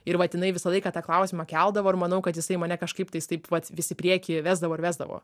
ir vat jinai visą laiką tą klausimą keldavo ir manau kad jisai mane kažkaip tais taip vat vis į priekį vesdavo ir vesdavo